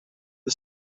the